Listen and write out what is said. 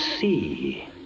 see